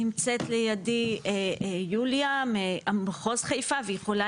נמצאת לידי יוליה ממחוז חיפה והיא יכולה